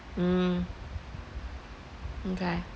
mm okay